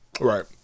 Right